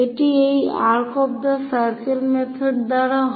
এটি এই arc of the circle method দ্বারা হয়